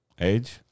Age